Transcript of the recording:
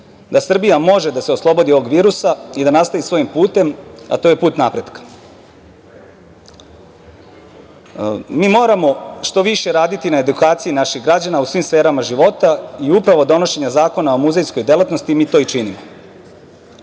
da Srbija može da se oslobodi ovog virusa i da nastavi svojim putem, a to je put napretka. Mi moramo što više raditi na edukaciji naših građana u svim sferama života i upravo donošenjem Zakona o muzejskoj delatnosti mi to i činimo.